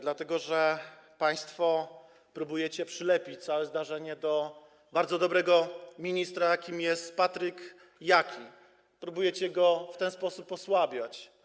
Dlatego że państwo próbujecie przylepić całe zdarzenie do bardzo dobrego ministra, jakim jest Patryk Jaki, próbujecie go w ten sposób osłabiać.